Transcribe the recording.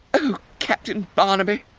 oh captain barnaby!